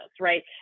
right